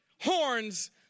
horns